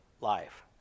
life